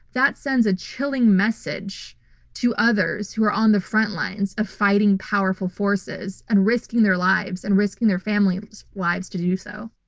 that sends a chilling message to others who are on the front lines of fighting powerful forces and risking their lives and risking their family's lives to do so.